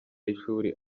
y’ishuri